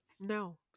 No